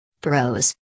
Bros